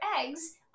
eggs